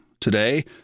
today